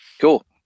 cool